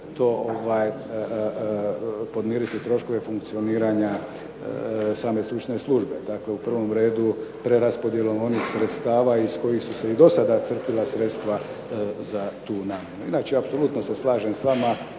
to podmiriti troškove funkcioniranja same stručne službe, tako je u prvom redu preraspodjelom onih sredstava iz kojih su se i do sada crpila sredstva za tu namjenu. Inače apsolutno se slažem s vama,